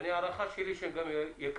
ההערכה שלי היא שהם גם יקרים,